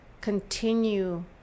continue